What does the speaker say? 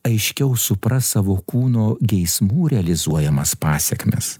aiškiau supras savo kūno geismų realizuojamas pasekmes